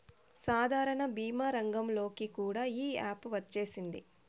సాధారణ భీమా రంగంలోకి కూడా ఈ యాపు వచ్చేసింది